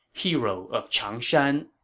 hero of changshan?